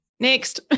next